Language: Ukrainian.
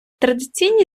традиційні